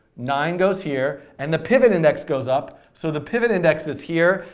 nine goes here, and the pivot index goes up, so the pivot index is here.